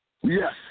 Yes